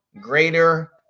Greater